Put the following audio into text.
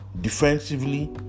defensively